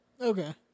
Okay